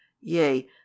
Yea